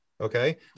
okay